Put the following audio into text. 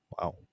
Wow